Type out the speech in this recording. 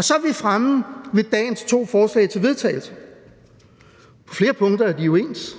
Så er vi fremme ved dagens to forslag til vedtagelse. På flere punkter er de jo ens.